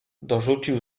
dorzucił